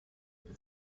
main